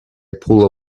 pool